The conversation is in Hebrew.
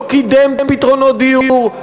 לא קידם פתרונות דיור,